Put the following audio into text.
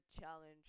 Challenge